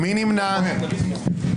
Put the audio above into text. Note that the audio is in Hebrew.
9 נמנעים,